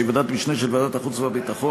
שהיא ועדת משנה של ועדת החוץ והביטחון,